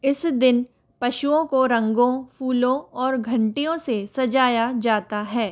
इस दिन पशुओं को रंगों फूलों और घंटियों से सजाया जाता है